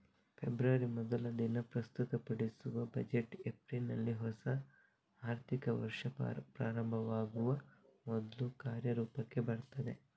February ಮೊದಲ ದಿನ ಪ್ರಸ್ತುತಪಡಿಸುವ ಬಜೆಟ್ ಏಪ್ರಿಲಿನಲ್ಲಿ ಹೊಸ ಆರ್ಥಿಕ ವರ್ಷ ಪ್ರಾರಂಭವಾಗುವ ಮೊದ್ಲು ಕಾರ್ಯರೂಪಕ್ಕೆ ಬರ್ತದೆ